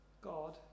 God